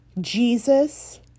Jesus